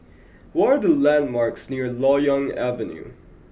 what are the landmarks near Loyang Avenue